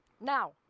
Now